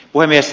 puhemies